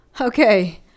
Okay